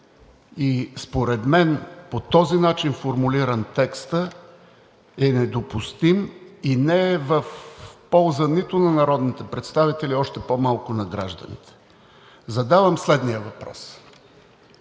Според мен, по този начин формулиран, текстът е недопустим и не е в полза нито на народните представители, още по-малко на гражданите. Текстът гласи: